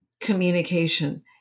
communication